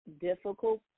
difficult